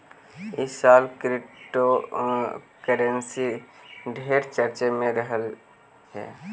ई साल क्रिप्टोकरेंसी ढेर चर्चे में रहलई हे